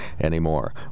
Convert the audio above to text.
anymore